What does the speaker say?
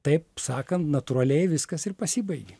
taip sakant natūraliai viskas ir pasibaigė